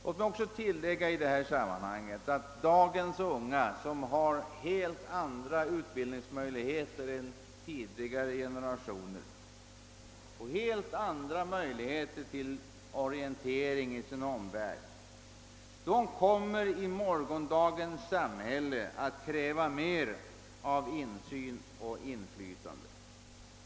Låt mig också tillägga i sammanhanget att dagens ungdom, som har helt andra utbildningsresurser än tidigare generationer och helt andra möjligheter att orientera sig i omvärlden, kommer i morgondagens samhälle att kräva bättre insyn och större inflytande.